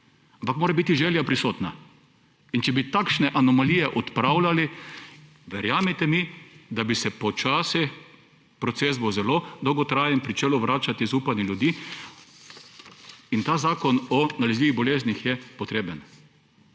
ampak mora biti želja prisotna. Če bi takšne anomalije odpravljali, verjemite mi, da bi se počasi, proces bo zelo dolgotrajen, pričelo vračati zaupanje ljudi. In ta Zakon o nalezljivih boleznih je potreben.